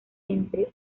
entre